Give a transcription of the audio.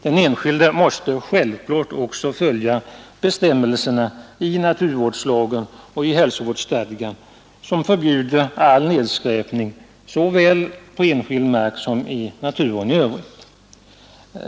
Den enskilde måste självklart också följa bestämmelserna i naturvårdslagen och i hälsovårdsstadgan, som förbjuder all nedskräpning såväl på enskild mark som i naturen i övrigt.